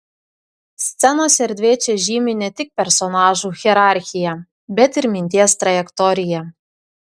scenos erdvė čia žymi ne tik personažų hierarchiją bet ir minties trajektoriją